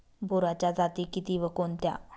बोराच्या जाती किती व कोणत्या?